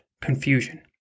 confusion